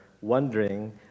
wondering